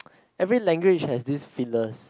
every language have this fillers